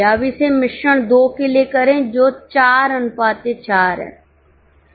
अब इसे मिश्रण 2 के लिए करें जो 44 है